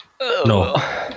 no